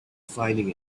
finding